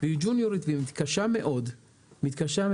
והיא ג'וניורית והיא מתקשה מאוד למצוא